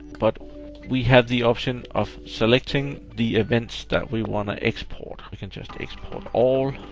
but we had the option of selecting the events that we wanna export. we can just export all,